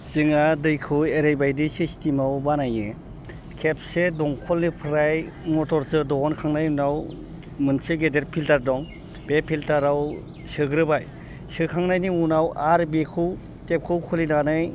जोंहा दैखौ ओरैबायदि सिस्टेमाव बानायो खेबसे दंखलनिफ्राय मथरजों दिहुनखांनायनि उनाव मोनसे गेदेर फिल्टार दं बे फिल्टाराव सोग्रोबाय सोखांनायनि उनाव आरो बेखौ टेपखौ खुलिनानै